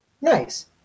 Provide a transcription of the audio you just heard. Nice